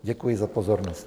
Děkuji za pozornost.